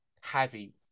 heavy